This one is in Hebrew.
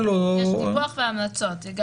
יש דיווח והמלצות.